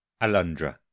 Alundra